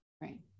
Right